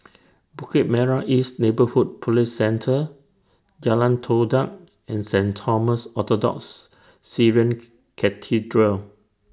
Bukit Merah East Neighbourhood Police Centre Jalan Todak and Saint Thomas Orthodox Syrian Cathedral